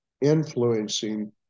influencing